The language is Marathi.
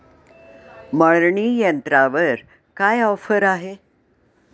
मळणी यंत्रावर काय ऑफर आहे?